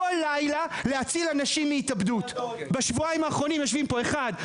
וזה לא יהיה הוגן אם מישהו אחר ידבר ומישהו אחר לא.